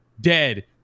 dead